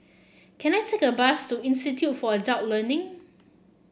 can I take a bus to Institute for Adult Learning